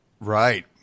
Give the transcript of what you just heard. Right